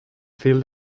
fil